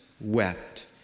wept